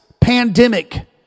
pandemic